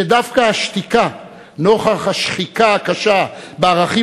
שדווקא השתיקה נוכח השחיקה הקשה בערכים